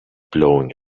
blowing